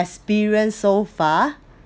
experience so far